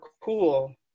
cool